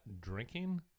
drinking